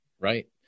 Right